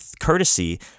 courtesy